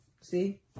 see